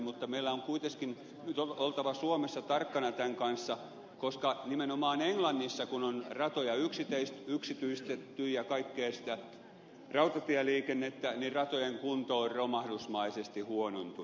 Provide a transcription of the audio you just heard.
mutta meillä on kuitenkin oltava suomessa tarkkana tämän kanssa koska nimenomaan englannissa kun ratoja on yksityistetty ja kaikkea sitä rautatieliikennettä niin ratojen kunto on romahdusmaisesti huonontunut